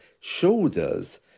shoulders